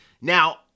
Now